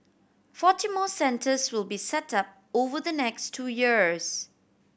forty more centres will be set up over the next two years